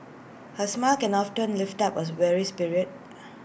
A smile can often lift up was weary spirit